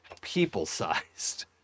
people-sized